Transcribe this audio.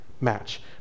match